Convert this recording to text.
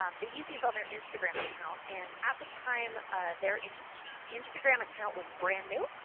um they used these on their instagram account. and at the time their instagram account was brand-new.